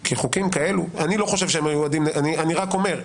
כי חוקים כאלה אני רק אומר,